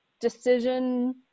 decision